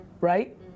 right